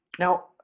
Now